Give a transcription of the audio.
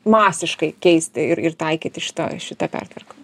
masiškai keisti ir ir taikyti štą šitą pertvarką